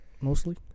mostly